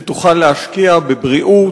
שתוכל להשקיע בבריאות,